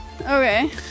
Okay